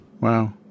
Wow